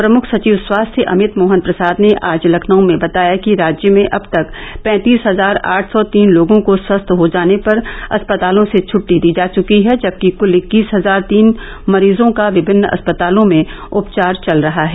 प्रमुख सचिव स्वास्थ्य अमित मोहन प्रसाद ने आज लखनऊ में बताया कि राज्य में अब तक पैंतीस हजार आठ सौ तीन लोगों को स्वस्थ हो जाने पर अस्पतालों से छट्टी दी जा चुकी है जबकि क्ल इक्कीस हजार तीन मरीजों का विमिन्न अस्पतालों में उपचार चल रहा है